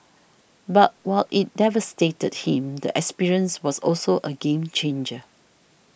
but while it devastated him the experience was also a game changer